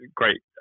great